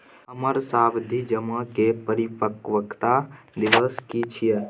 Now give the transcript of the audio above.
हमर सावधि जमा के परिपक्वता दिवस की छियै?